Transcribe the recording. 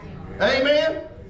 Amen